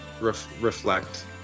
reflect